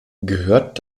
gehört